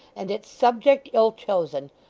and its subject ill-chosen.